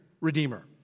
Redeemer